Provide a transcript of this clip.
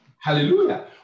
Hallelujah